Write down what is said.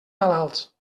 malalts